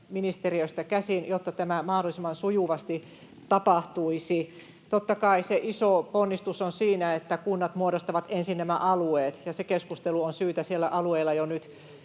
ministeriöstä käsin, jotta tämä mahdollisimman sujuvasti tapahtuisi. Totta kai se iso ponnistus on siinä, että kunnat muodostavat ensin nämä alueet, ja se keskustelu on syytä siellä alueilla jo nyt